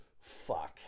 Fuck